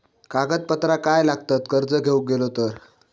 कागदपत्रा काय लागतत कर्ज घेऊक गेलो तर?